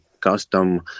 custom